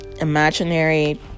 imaginary